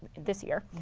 this year.